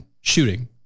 shooting